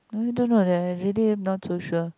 you do know that everyday not so sure